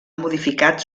modificat